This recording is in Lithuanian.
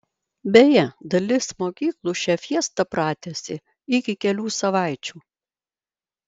beje dalis mokyklų šią fiestą pratęsė iki kelių savaičių